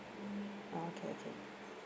orh okay okay